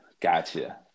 Gotcha